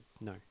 No